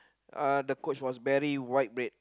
uh the coach was very wide red